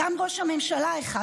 גם ראש ממשלה אחד,